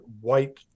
white